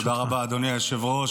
תודה רבה, אדוני היושב-ראש.